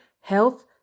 health